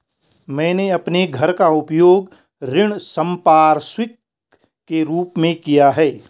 मैंने अपने घर का उपयोग ऋण संपार्श्विक के रूप में किया है